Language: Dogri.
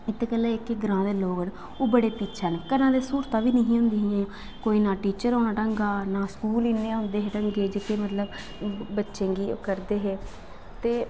इत्त गल्ला इक गल्ला ग्राएं दे लोक ओह् बड़े पिच्छें न कन्नै स्हूलतां दा बी नेईं होंदियां हियां कोई ना टीचर होना ढंगा ना कोई स्कूल नेईं हे होंदे जेह्का कोई बच्चें गी कोई करदे हे ते